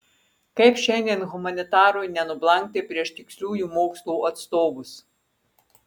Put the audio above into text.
kaip šiandien humanitarui nenublankti prieš tiksliųjų mokslų atstovus